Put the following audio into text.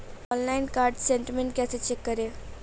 Online card statement कैसे check करें?